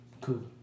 cool